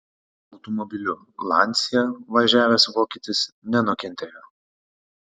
automobiliu lancia važiavęs vokietis nenukentėjo